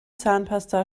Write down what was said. zahnpasta